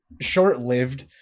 short-lived